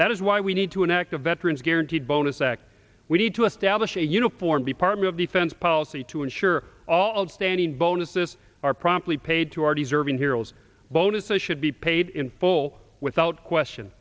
that is why we need to an active veterans guaranteed bonus act we need to establish a uniform department of defense policy to ensure all standing bonuses are promptly paid to our deserving heroes bonuses should be paid in full without question